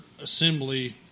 assembly